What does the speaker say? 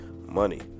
money